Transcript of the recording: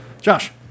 josh